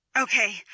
Okay